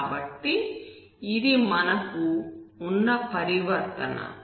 కాబట్టి ఇది మనకు ఉన్న పరివర్తన